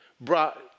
brought